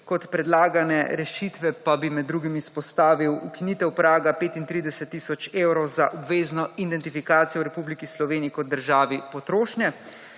kot predlagane rešitve pa bi med drugim izpostavil ukinitev praga 35 tisoč evrov za obvezno identifikacijo v Republiki Sloveniji kot državi potrošnje,